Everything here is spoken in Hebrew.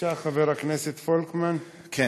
חבר הכנסת פולקמן, בבקשה.